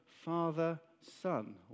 father-son